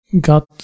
got